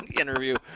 interview